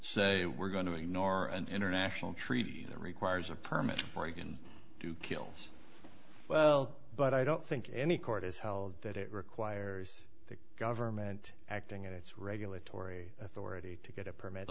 say we're going to ignore an international treaty that requires a permit oregon who kills well but i don't think any court is held that it requires the government acting in its regulatory authority to get a permit